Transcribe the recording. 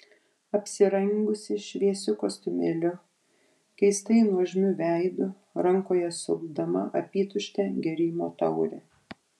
apsirengusi šviesiu kostiumėliu keistai nuožmiu veidu rankoje sukdama apytuštę gėrimo taurę